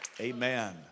Amen